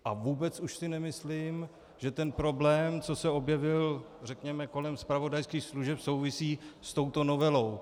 A vůbec už si nemyslím, že ten problém, co se objevil, řekněme, kolem zpravodajských služeb, souvisí s touto novelou.